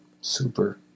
Super